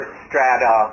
strata